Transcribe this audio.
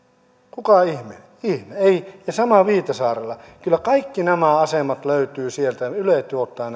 kuka ihme ja sama viitasaarella kyllä kaikki nämä asemat löytyvät sieltä ja yle tuottaa